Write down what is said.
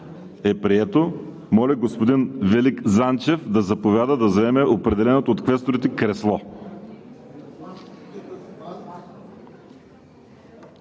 е прието. Моля, господин Велик Занчев да заповяда да заеме определеното от квесторите кресло.